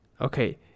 Okay